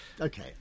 Okay